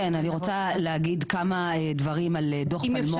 כן, אני רוצה להגיד כמה דברים על דו"ח פלמו"ר.